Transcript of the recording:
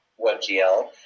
WebGL